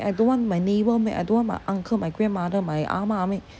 I don't want my neighbour make I don't want my uncle my grandmother my ah ma make